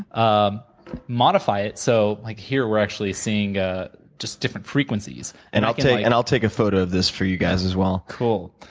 um modify it so like here, we're actually seeing ah just different frequencies. and i'll take and i'll take a photo of this for you guys, as well. cool,